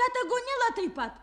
petagonila taip pat